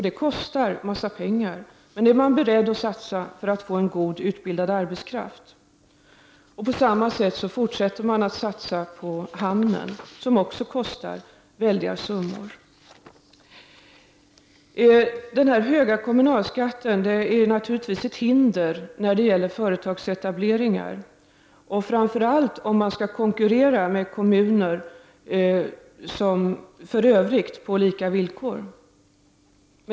Detta kostar en hel del pengar. Men det är man beredd att satsa för att få en god utbildad arbetskraft. På samma sätt fortsätter man att satsa på hamnen, som också kostar väldiga summor. Den höga kommunalskatten är naturligtvis ett hinder när det gäller företagsetableringar. Framför allt gäller det om man skall konkurrera med andra kommuner på lika villkor.